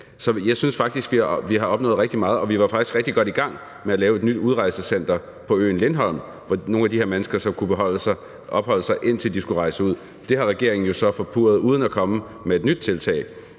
Jeg synes faktisk, vi har opnået rigtig meget, og vi var faktisk rigtig godt i gang med at lave et nyt udrejsecenter på øen Lindholm, hvor nogle af de her mennesker så kunne opholde sig, indtil de skulle rejse ud. Det har regeringen jo så forpurret uden at komme med et nyt tiltag.